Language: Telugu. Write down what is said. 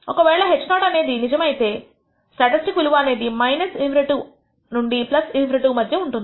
ఒక వేళ h నాట్ అనేది నిజమే అయితే స్టాటిస్టిక్ విలువ అనేది ∞ అంటే నుండి ∞ మధ్య ఉంటుంది